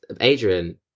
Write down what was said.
adrian